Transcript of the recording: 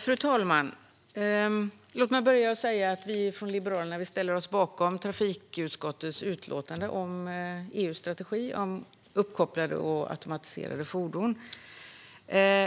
Fru talman! Låt mig börja med att säga att vi i Liberalerna ställer oss bakom trafikutskottets utlåtande om EU:s strategi för uppkopplade och automatiserade fordon.